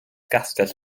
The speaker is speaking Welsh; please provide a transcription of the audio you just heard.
gastell